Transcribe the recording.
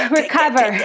recover